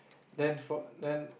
then for then